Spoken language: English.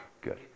good